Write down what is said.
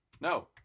No